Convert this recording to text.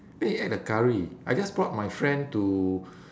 then you add the curry I just brought my friend to